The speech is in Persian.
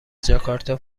جاکارتا